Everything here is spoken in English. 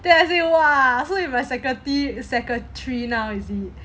then I say !wah! you are my security secretary now now is it